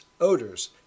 odors